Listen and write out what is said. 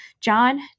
John